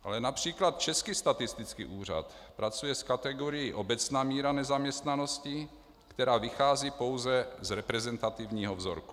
Ale například Český statistický úřad pracuje s kategorií obecná míra nezaměstnanosti, která vychází pouze z reprezentativního vzorku.